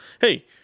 hey